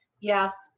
yes